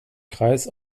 kreis